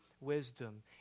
wisdom